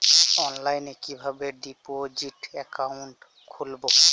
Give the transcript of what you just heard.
অনলাইনে কিভাবে deposit account খুলবো?